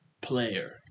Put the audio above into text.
player